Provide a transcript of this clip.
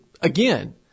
again